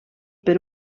per